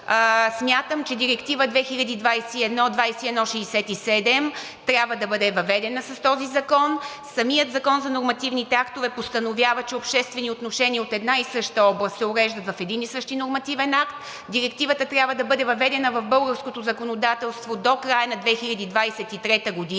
Смятам, че Директива 2021/2167 трябва да бъде въведена с този закон. Самият Закон за нормативните актове постановява, че обществени отношения от една и съща област се уреждат в един и същи нормативен акт. Директивата трябва да бъде въведена в българското законодателство до края на 2023 г.